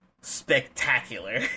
spectacular